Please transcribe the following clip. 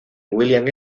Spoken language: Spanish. william